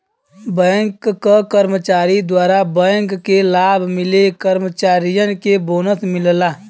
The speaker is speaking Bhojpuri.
बैंक क कर्मचारी द्वारा बैंक के लाभ मिले कर्मचारियन के बोनस मिलला